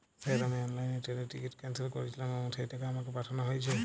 Sir আমি অনলাইনে ট্রেনের টিকিট ক্যানসেল করেছিলাম এবং সেই টাকা আমাকে পাঠানো হয়েছে?